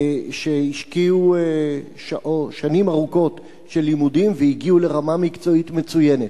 שהשקיעו שנים ארוכות של לימודים והגיעו לרמה מקצועית מצוינת.